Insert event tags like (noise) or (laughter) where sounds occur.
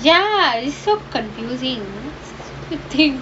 ya is so confusing (laughs)